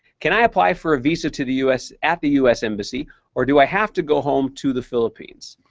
can i apply for a visa to the u s. at the u s. embassy or do i have to go home to the philippines?